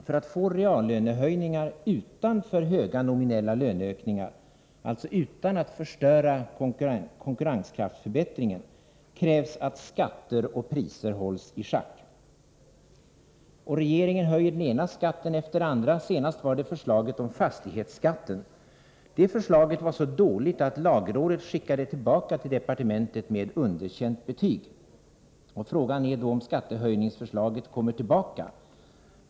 För att få reallönehöjningar utan för höga nominella löneökningar, alltså utan att förstöra konkurrenskraftsförbättringen, krävs att skatter och priser hålls i schack. Och regeringen höjer den ena skatten efter den andra. Det senaste försöket gällde fastighetsskatten. Men förslaget var så dåligt att lagrådet skickade tillbaka det till departementet med underkänt betyg. Frågan är då om skattehöjningsförslaget kommer tillbaka.